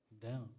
Down